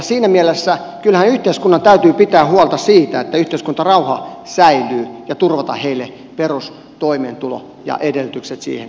siinä mielessä kyllähän yhteiskunnan täytyy pitää huolta siitä että yhteiskuntarauha säilyy ja turvata hänelle perustoimeentulo ja edellytykset siihen